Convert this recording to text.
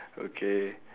okay